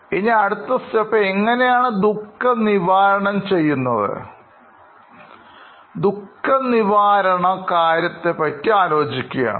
ഇനി അടുത്ത സ്റ്റെപ്പ് എങ്ങനെയാണ് ദുഃഖം നിവാരണംചെയ്യുന്നതാണ് ദുഃഖ നിവാരണ കാര്യത്തെപ്പറ്റി ആലോചിക്കുകയാണ്